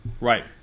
right